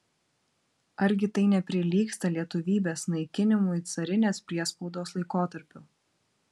argi tai neprilygsta lietuvybės naikinimui carinės priespaudos laikotarpiu